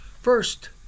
First